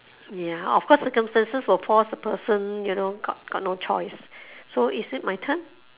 ya of course circumstances will force a person you know got got no choice so is it my turn